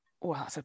Wow